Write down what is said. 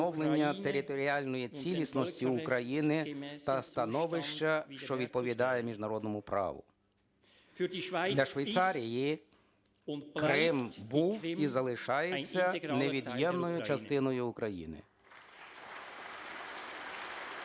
територіальної цілісності України та становища, що відповідає міжнародному праву. Для Швейцарії Крим був і залишається невід'ємною частиною України.